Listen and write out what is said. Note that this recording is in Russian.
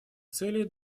целей